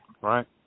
right